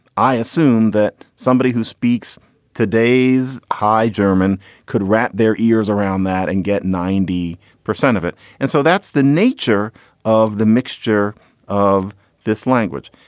i assume that somebody who speaks today's high german could wrap their ears around that and get ninety percent of it. and so that's the nature of the mixture of this language.